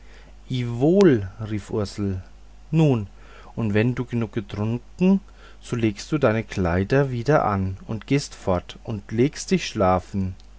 wohl rief ursel nun und wenn du genug getrunken so legst du deine kleider wieder an und gehst fort und legst dich schlafen